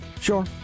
sure